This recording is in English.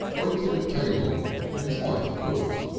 waited at table and his wife cooked,